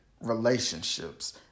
relationships